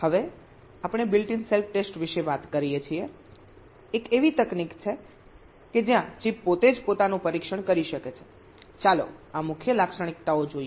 હવે આપણે built in self test વિશે વાત કરીએ છીએ એક એવી તકનીક કે જ્યાં ચિપ પોતે જ પોતાનું પરીક્ષણ કરી શકે છે ચાલો આ મુખ્ય લાક્ષણિકતાઓ જોઈએ